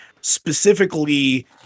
specifically